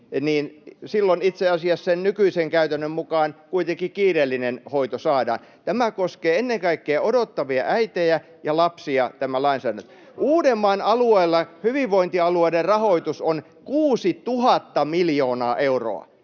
silloin itse asiassa sen nykyisen käytännön mukaan kuitenkin kiireellinen hoito saadaan. Tämä lainsäädäntö koskee ennen kaikkea odottavia äitejä ja lapsia. Uudenmaan alueella hyvinvointialueiden rahoitus on 6 000 miljoonaa euroa